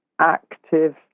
active